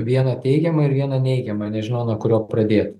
vieną teigiamą ir vieną neigiamą nežinau nuo kurio pradėt